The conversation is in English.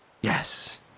Yes